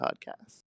Podcast